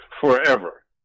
forever